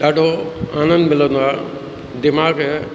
ॾाढो आनंदु मिलंदो आहे दिमाग़